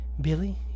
Billy